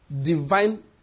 divine